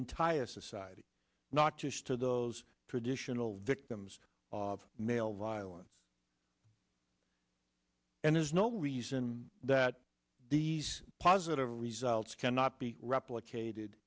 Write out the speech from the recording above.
entire society not just to those traditional victims of male violence and there's no reason that these positive results cannot be replicated